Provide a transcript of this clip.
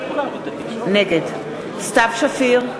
נגד סתיו שפיר,